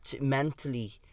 mentally